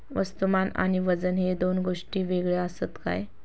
वस्तुमान आणि वजन हे दोन गोष्टी वेगळे आसत काय?